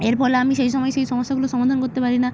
এর ফলে আমি সেই সময় সেই সমস্যাগুলোর সমাধান করতে পারি না